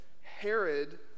Herod